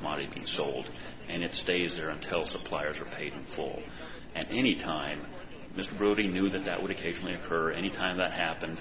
commodities being sold and it stays there until suppliers are paid in full and any time this ruby knew that that would occasionally occur any time that happened